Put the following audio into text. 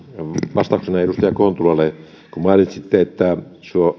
vastauksena edustaja kontulalle kun mainitsitte että